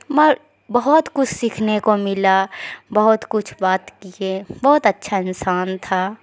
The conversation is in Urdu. اور بہت کچھ سیکھنے کو ملا بہت کچھ بات کیے بہت اچھا انسان تھا